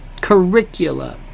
curricula